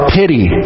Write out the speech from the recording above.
pity